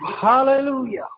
Hallelujah